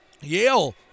Yale